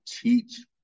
teach